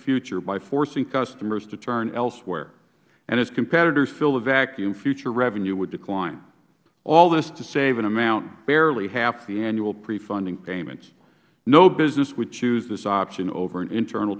future by forcing customers to turn elsewhere and as competitors fill the vacuum future revenue would decline all this to save an amount barely half the annual pre funding payments no business would choose this option over an internal